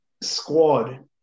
squad